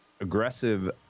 aggressive